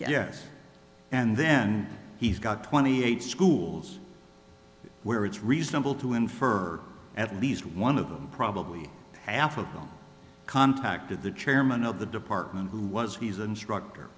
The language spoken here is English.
yes and then he's got twenty eight schools where it's reasonable to infer at least one of them probably half of them contacted the chairman of the department who was he's an instructor